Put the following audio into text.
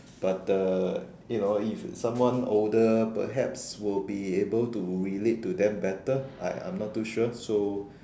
but uh you know if someone older perhaps will be able to relate to them better I I'm not too sure so